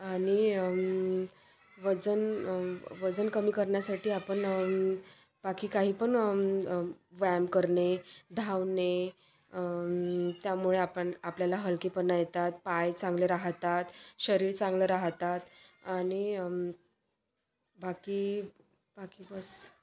आणि वजन वजन कमी करण्यासाठी आपण बाकी काहीपण व्यायाम करणे धावणे त्यामुळे आपण आपल्याला हलकेपणा येतात पाय चांगले राहतात शरीर चांगलं राहतात आणि बाकी बाकी बस